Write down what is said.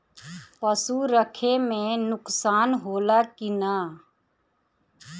पशु रखे मे नुकसान होला कि न?